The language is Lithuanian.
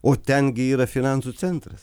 o ten gi yra finansų centras